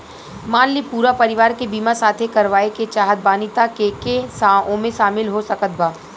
मान ली पूरा परिवार के बीमाँ साथे करवाए के चाहत बानी त के के ओमे शामिल हो सकत बा?